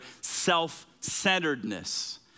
self-centeredness